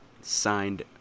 signed